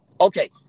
Okay